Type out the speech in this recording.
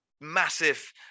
massive